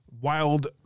Wild